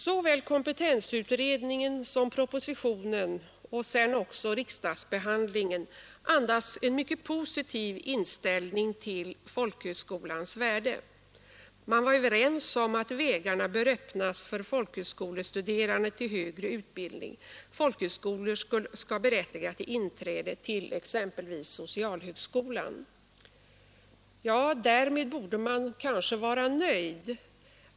Såväl kompetensutredningen som propositionen, och sedan också riksdagsbehandlingen, andades en positiv inställning till folkhögskolans värde. Man var överens om att vägarna bör öppnas för folkhögskolestuderande till högre utbildning. Folkhögskolestudier skall berättiga till inträde till exempelvis socialhögskola. Därmed borde man kanske vara nöjd.